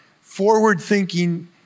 forward-thinking